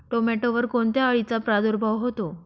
टोमॅटोवर कोणत्या अळीचा प्रादुर्भाव होतो?